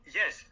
yes